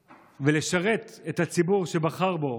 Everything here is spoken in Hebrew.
ולשרת את הציבור שבחר בו